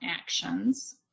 actions